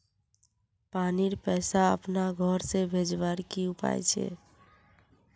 पानीर पैसा अपना घोर से भेजवार की उपाय छे?